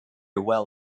well